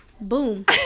boom